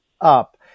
up